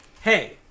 hey